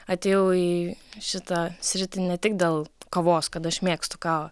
atėjau į šitą sritį ne tik dėl kavos kad aš mėgstu kavą